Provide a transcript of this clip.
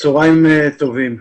צוהריים טובים,